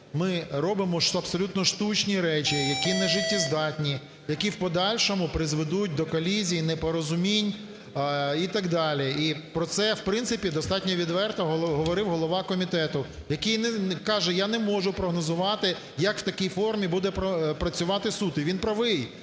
Ми робимо абсолютно штучні речі, які нежиттєздатні, які в подальшому призведуть до колізій, непорозумінь і так далі. І про це в принципі достатньо відверто говорив голова комітету, який каже, я не можу прогнозувати, як в такій формі буде працювати суд. І він правий,